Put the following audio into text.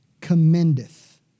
commendeth